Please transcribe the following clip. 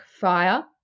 fire